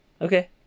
okay